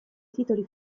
titoli